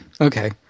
Okay